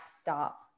stop